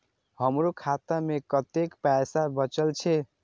हमरो खाता में कतेक पैसा बचल छे?